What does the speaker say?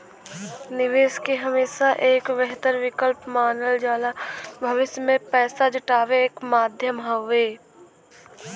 निवेश के हमेशा एक बेहतर विकल्प मानल जाला भविष्य में पैसा जुटावे क माध्यम हउवे